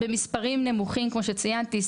במספרים נמוכים כמו שציינתי,